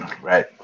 Right